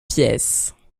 pièces